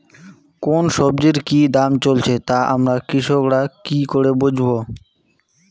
কোন সব্জির কি দাম চলছে তা আমরা কৃষক রা কি করে বুঝবো?